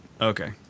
Okay